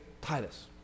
Titus